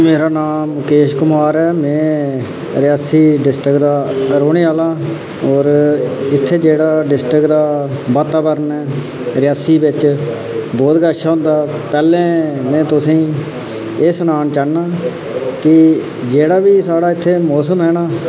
मेरा नां मुकेश कुमार ऐ में रियासी डिस्ट्रिक्ट दा रौहने आहला आं और इत्थै जेह्ड़ा डिस्ट्रिक्ट दा वातावरण ऐ रियासी बिच बहुत गै अच्छा होंदा पैहलें में तुसेंगी एह् सनाना चाह्न्नां कि जेह्ड़ा बी साढ़ा इत्थै मौसम ऐ ना